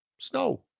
snow